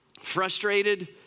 frustrated